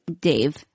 Dave